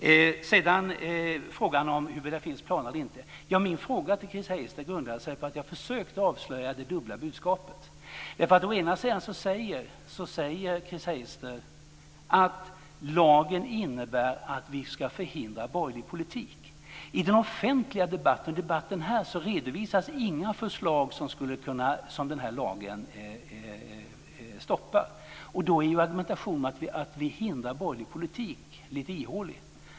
Beträffande om det finns planer eller inte grundade sig min fråga till Chris Heister på att jag försökte att avslöja det dubbla budskapet. Å ena sidan säger Chris Heister att lagen syftar till att vi ska förhindra borgerlig politik. I den offentliga debatten och i debatten här redovisas inga förslag som stoppas av den här lagen. Då är argumentationen om att vi hindrar borgerlig politik lite ihålig.